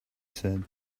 said